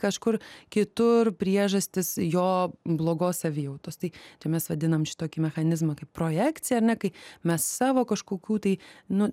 kažkur kitur priežastys jo blogos savijautos tai tai mes vadinam šitokį mechanizmą kaip projekciją ar ne kai mes savo kažkokių tai nu